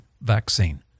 vaccine